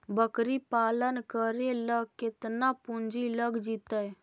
बकरी पालन करे ल केतना पुंजी लग जितै?